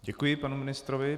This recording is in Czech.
Děkuji panu ministrovi.